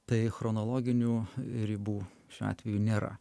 tai chronologinių ribų šiuo atveju nėra